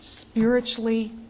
spiritually